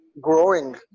growing